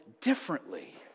differently